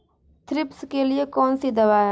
Thrips के लिए कौन सी दवा है?